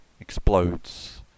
explodes